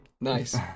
Nice